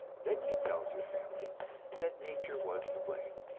then he tells your family that nature was to blame.